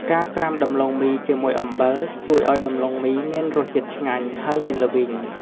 ការត្រាំដំទ្បូងមីជាមួយអំបិល ជួយឱ្យដំឡូងមានរសជាតិឆ្ងាញ់ ហើយមិនល្វីង។